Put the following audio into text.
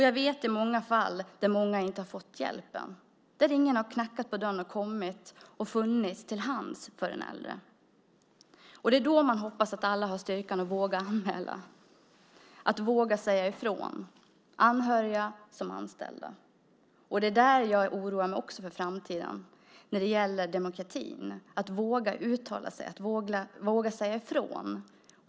Jag vet många som i flera fall inte har fått hjälpen, där ingen har knackat på dörren och kommit och funnits till hands för den äldre. Det är då man hoppas att alla har styrkan att våga anmäla, att våga säga ifrån, såväl anhöriga som anställda. Det är också där jag oroar mig för framtiden när det gäller demokratin, att man ska våga uttala sig och våga säga ifrån.